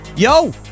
Yo